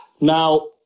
Now